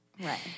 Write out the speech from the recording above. Right